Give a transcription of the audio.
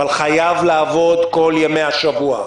חייב לעבוד כל ימי השבוע,